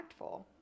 impactful